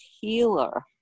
healer